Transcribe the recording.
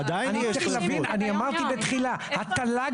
התל"ג